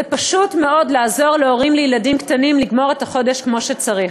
זה פשוט מאוד לעזור להורים לילדים קטנים לגמור את החודש כמו שצריך.